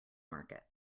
market